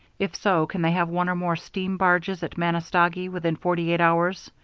if so, can they have one or more steam barges at manistogee within forty-eight hours?